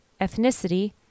ethnicity